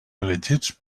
elegits